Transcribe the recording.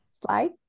slide